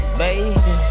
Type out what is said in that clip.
baby